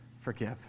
forgive